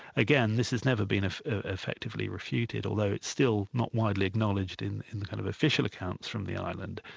again, this has never been ah effectively refuted although it's still not widely acknowledged in in the kind of official accounts from the island.